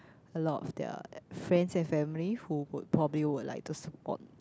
a lot of their friends and family who would probably would like to support